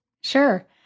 Sure